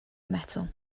metal